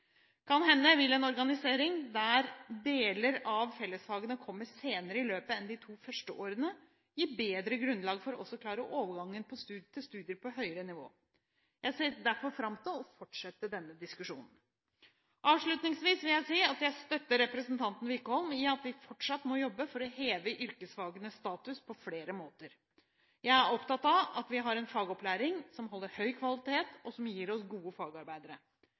Kan hende vil en organisering der deler av fellesfagene kommer senere i løpet enn de første to årene, gi bedre grunnlag for også å klare overgang til studier på høyere nivå. Jeg ser derfor fram til å fortsette denne diskusjonen. Avslutningsvis vil jeg si at jeg støtter representanten Wickholm i at vi fortsatt må jobbe for å heve yrkesfagenes status på flere måter. Jeg er opptatt av at vi har en fagopplæring som holder høy kvalitet, og som gir oss gode fagarbeidere.